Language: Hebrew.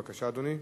בבקשה, אדוני.